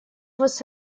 вас